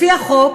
לפי החוק,